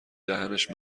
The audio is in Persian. دهنش